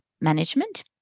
management